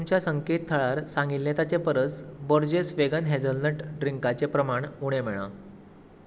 तुमच्या संकेतथळार सांगिल्लें ताचे परस बोर्जेस वेगन हेझलनट ड्रिकां चें प्रमाण उणें मेळ्ळां